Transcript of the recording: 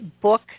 book